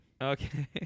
Okay